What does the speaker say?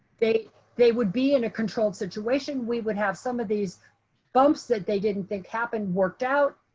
they they would be in a controlled situation. we would have some of these bumps that they didn't think happened worked out.